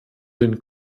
den